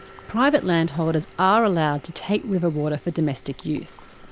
private landholders are allowed to take river water for domestic use.